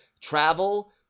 travel